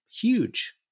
huge